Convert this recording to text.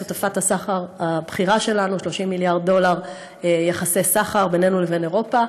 שותפת הסחר שלנו: 30 מיליארד דולר יחסי סחר בינינו לבין אירופה,